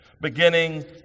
beginning